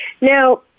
Now